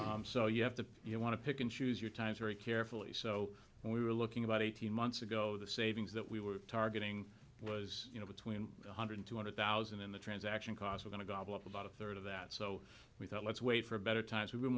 it so you have to you want to pick and choose your times very carefully so we were looking about eighteen months ago the savings that we were targeting was you know between one hundred two hundred thousand in the transaction costs are going to gobble up about a third of that so we thought let's wait for better times we've been